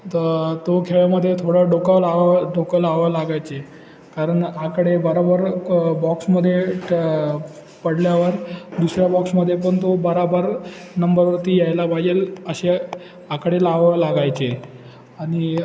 तर तो खेळामध्ये थोडा डोकं लावा डोकं लावा लागायचे कारण आकडे बरोबर बॉक्समध्ये पडल्यावर दुसऱ्या बॉक्समध्ये पण तो बरोबर नंबरवरती यायला पाहिजे असे आकडे लावावा लागायचे आणि